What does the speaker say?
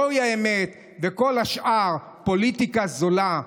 זוהי האמת, וכל השאר פוליטיקה זולה.